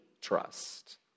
trust